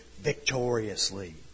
victoriously